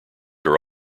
are